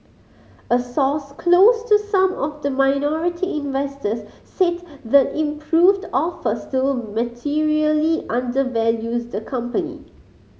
a source close to some of the minority investors said the improved offer still materially undervalues the company